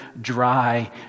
dry